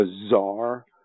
bizarre